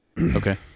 Okay